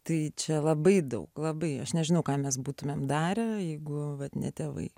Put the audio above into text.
tai čia labai daug labai aš nežinau ką mes būtumėm darę jeigu ne tėvai